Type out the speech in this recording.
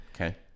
Okay